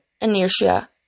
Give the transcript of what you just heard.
inertia